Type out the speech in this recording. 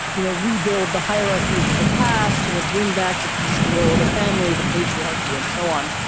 you know, rebuild the hierarchies of the past, you know, bring back the traditional role, the family, the patriarchy and so on.